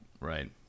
Right